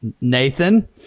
Nathan